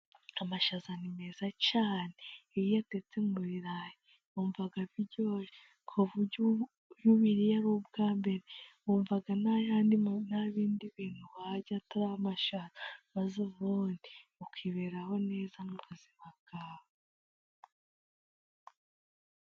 Amashyaza ni meza cyane iyo uyatetse mu birayi wumva biryoshye, kuburyo iyo ubiriye ari ubwa mbere wumva nta bindi bintu warya atari amashyaza, maze ubundi ukiberaho neza mu buzima bwawe.